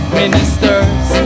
ministers